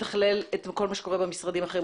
לתכלל את כל מה שקורה במשרדים האחרים.